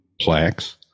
plaques